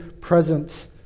presence